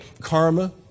karma